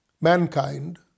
mankind